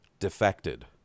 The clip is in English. defected